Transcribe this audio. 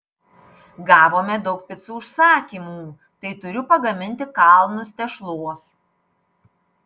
gavome daug picų užsakymų tai turiu pagaminti kalnus tešlos